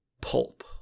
pulp